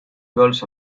goals